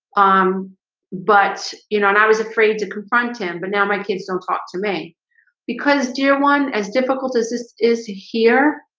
um but you know, and i was afraid to confront him, but now my kids don't talk to me because dear one as difficult as this is here,